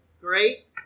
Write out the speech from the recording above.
great